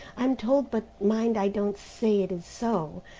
i'm told but mind i don't say it is so,